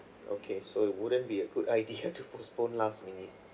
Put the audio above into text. okay so it wouldn't be a good idea to postpone last minute